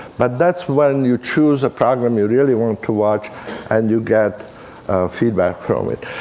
but that's when you choose a program you really want to watch and you get feedback from it.